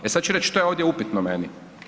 E sad ću reći što je ovdje upitno meni.